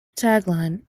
tagline